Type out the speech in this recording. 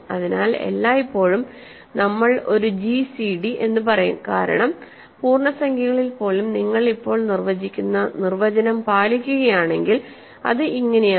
അതിനാൽ എല്ലായ്പ്പോഴും നമ്മൾ ഒരു ജിസിഡി എന്ന് പറയും കാരണം പൂർണ്ണസംഖ്യകളിൽ പോലും നിങ്ങൾ ഇപ്പോൾ നിർവചിക്കുന്ന നിർവചനം പാലിക്കുകയാണെങ്കിൽ അത് ഇങ്ങനെയാണ്